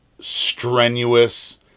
strenuous